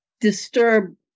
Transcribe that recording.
disturb